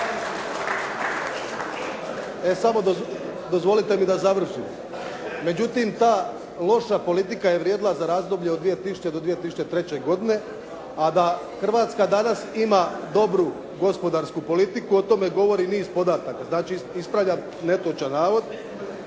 … Samo dozvolite mi da završim. Međutim ta loša politika je vrijedila za razdoblje od 2000. do 2003. godine, a da Hrvatska danas ima dobru gospodarsku politiku, o tome govori niz podataka. Znači ispravljam netočan navod.